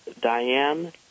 Diane